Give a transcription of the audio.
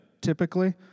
typically